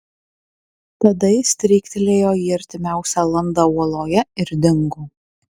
tada jis stryktelėjo į artimiausią landą uoloje ir dingo